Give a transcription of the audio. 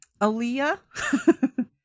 Aaliyah